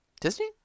Disney